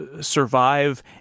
survive